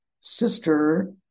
sister